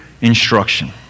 instruction